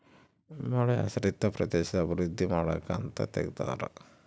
ಮಳೆಯಾಶ್ರಿತ ಪ್ರದೇಶದ ಅಭಿವೃದ್ಧಿ ಮಾಡಕ ಅಂತ ತೆಗ್ದಾರ